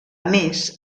més